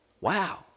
Wow